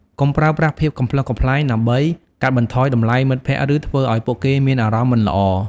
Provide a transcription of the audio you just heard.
កុំប្រើប្រាស់ភាពកំប្លុកកំប្លែងដើម្បីកាត់បន្ថយតម្លៃមិត្តភក្តិឬធ្វើឱ្យពួកគេមានអារម្មណ៍មិនល្អ។